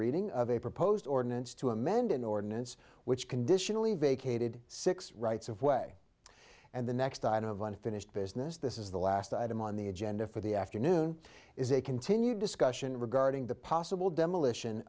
reading of a proposed ordinance to amend an ordinance which conditionally vacated six rights of way and the next i know of one finished business this is the last item on the agenda for the afternoon is a continued discussion regarding the possible demolition